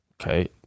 okay